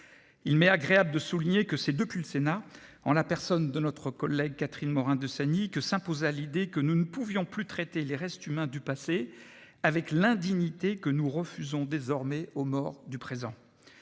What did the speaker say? Il m'est agréable de souligner que c'est au Sénat, en la personne de notre collègue Catherine Morin-Desailly, que s'imposa l'idée que nous ne pouvions plus traiter les restes humains du passé avec l'indignité que nous refusons désormais aux morts du présent.